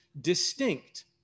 Distinct